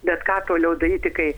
bet ką toliau daryti kai